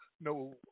no